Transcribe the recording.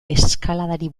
eskaladari